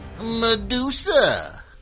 Medusa